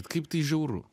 kaip tai žiauru